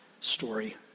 story